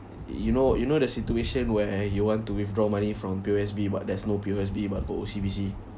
you know you know the situation where you want to withdraw money from P_O_S_B but there's no P_O_S_B but o~ O_C_B_C